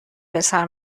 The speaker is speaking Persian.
بسر